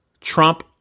Trump